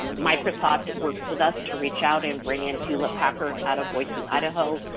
um microsoft worked with us to reach out and bring in hewlett-packard out of boise, idaho.